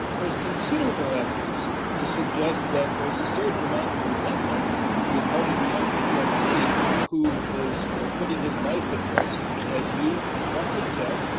there is considerable evidence to suggest that there is a certain amount of resentment on the part of the young pfc ah pfc who is putting his life at risk, as you correctly said,